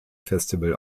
festival